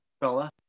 fella